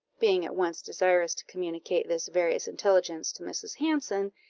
being at once desirous to communicate this various intelligence to mrs. hanson,